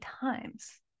times